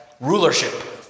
rulership